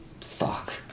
fuck